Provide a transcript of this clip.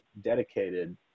dedicated